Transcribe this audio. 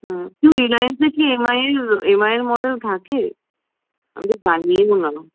হ্যাঁ কি রিলাইন্সে কি এম আইয়ের এম আইয়ের মডেল থাকে আমি তো জানিও না